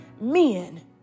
men